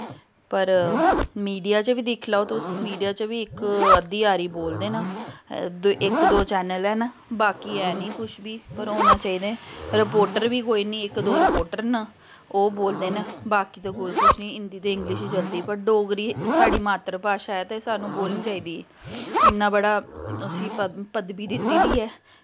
पर मीडिया च बी दिक्खी लैओ तुस मीडिया च बी इक्क अद्धी हारी बोलदे न इक दो चैनल न बाकी ऐ निं कुछ पर होना चाहिदे रपोर्टर बी कोई निं इक दो रपोटर न ओह् बोलदे न बाकी ते कोई कुछ निं हिन्दी ते इंगलिश चलदी पर डोगरी साढ़ी मात्तर भाशा ऐ ते सानूं बोलनी चाहिदी इन्ना बड़ा उस्सी पदवी दित्ती दी ऐ